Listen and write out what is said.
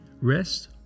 rest